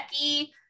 Becky